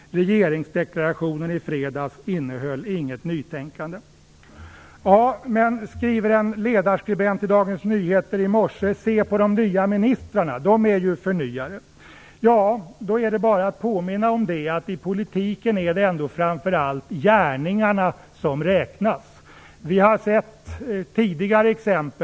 Regeringsdeklarationen i fredags innehöll inget nytänkande. Men, skriver en ledarskribent i Dagens Nyheter i morse, se på de nya ministrarna! De är ju förnyare. Då är det bara att påminna om att i politiken är det framför allt gärningarna som räknas. Vi har sett tidigare exempel.